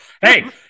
Hey